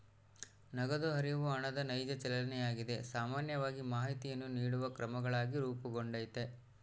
ನಗದು ಹರಿವು ಹಣದ ನೈಜ ಚಲನೆಯಾಗಿದೆ ಸಾಮಾನ್ಯವಾಗಿ ಮಾಹಿತಿಯನ್ನು ನೀಡುವ ಕ್ರಮಗಳಾಗಿ ರೂಪುಗೊಂಡೈತಿ